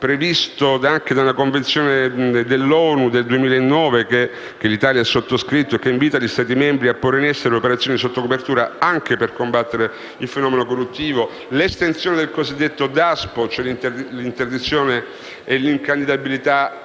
previsto anche da una Convenzione dell'ONU del 2000 che l'Italia ha sottoscritto e che invita gli Stati membri a porre in essere operazioni sotto copertura anche per combattere il fenomeno corruttivo), l'estensione del cosiddetto Daspo per i politici (l'interdizione e l'incandidabilità